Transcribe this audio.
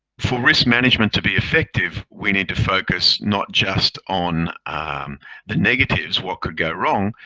for risk management to be effective, we need to focus not just on the negatives, what could go wrong.